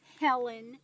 Helen